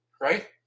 right